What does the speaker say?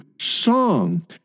song